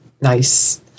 nice